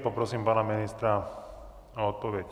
A poprosím pana ministra o odpověď.